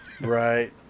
Right